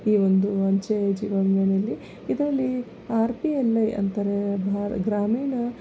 ಈವೊಂದು ಅಂಚೆ ಜೀವವಿಮೆಯಲ್ಲಿ ಇದರಲ್ಲಿ ಆರ್ ಪಿ ಎಲ್ ಐ ಅಂತಾರೆ ಭಾ ಗ್ರಾಮೀಣ